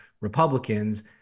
Republicans